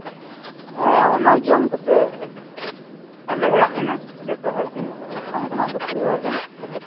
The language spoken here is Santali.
ᱦᱮᱸ ᱚᱱᱟ ᱡᱚᱢ ᱠᱟᱛᱮᱫ ᱟᱞᱮ ᱚᱲᱟᱜ ᱨᱮᱱᱟᱜ ᱡᱚᱛᱚ ᱦᱚᱲ ᱛᱤᱱᱟᱹᱜ ᱠᱚ ᱛᱟᱦᱮᱸ ᱠᱟᱱᱟ ᱟᱞᱮ ᱯᱚᱨᱤᱵᱟᱨ ᱨᱮᱱ